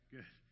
Good